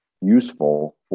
useful